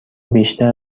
بیشتر